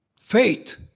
faith